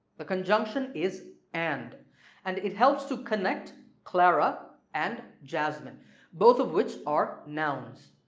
the conjunction is and and it helps to connect clara and jasmine both of which are nouns.